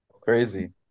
Crazy